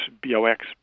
B-O-X